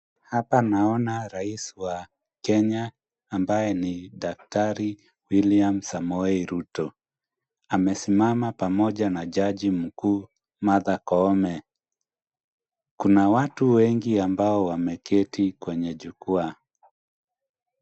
Hapa naona rais wa Kenya ambaye ni daktari William Samoei Ruto. Amesimama pamoja na jaji mkuu Martha Koome. Kuna watu wengi ambao wameketi kwenye jukwaa.